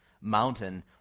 mountain